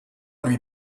lui